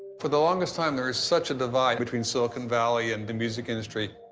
for the longest time, there is such a divide between silicon valley and the music industry.